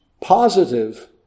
positive